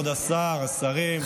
כבוד השרים,